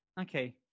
okay